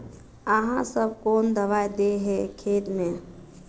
आहाँ सब कौन दबाइ दे है खेत में?